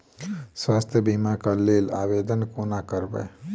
स्वास्थ्य बीमा कऽ लेल आवेदन कोना करबै?